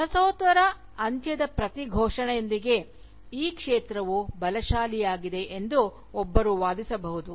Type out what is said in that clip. ವಸಾಹತೋತ್ತರದ ಅಂತ್ಯದ ಪ್ರತಿ ಘೋಷಣೆಯೊಂದಿಗೆ ಈ ಕ್ಷೇತ್ರವು ಬಲಶಾಲಿಯಾಗಿದೆ ಎಂದು ಒಬ್ಬರು ವಾದಿಸಬಹುದು